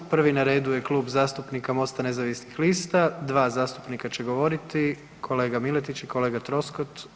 Prvi na redu je Klub zastupnika MOST-a nezavisnih lista, dva zastupnika će govoriti, kolega Miletić i kolega Troskot.